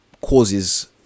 causes